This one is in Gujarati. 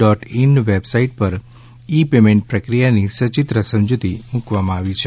ડોટ વેબસાઇટ પર ઇ પેમેન્ટ પ્રક્રિયાની સચિત્ર સમજુતી મુકવામાં આવી છે